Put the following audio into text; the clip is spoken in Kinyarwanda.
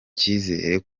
cyizere